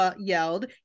yelled